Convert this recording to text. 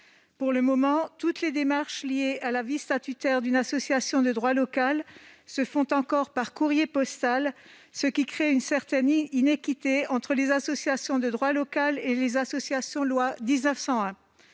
Pour le moment, toutes les démarches liées à la vie statutaire d'une association de droit local se font encore par courrier postal, ce qui crée une certaine iniquité entre les associations de droit local et les associations loi 1901.